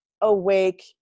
awake